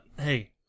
hey